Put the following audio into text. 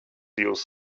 jūs